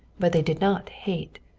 but they did not hate.